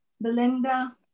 Belinda